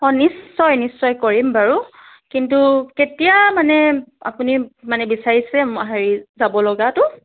অঁ নিশ্চয় নিশ্চয় কৰিম বাৰু কিন্তু কেতিয়া মানে আপুনি মানে বিচাৰিছে হেৰি যাব লগাটো